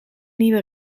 nieuwe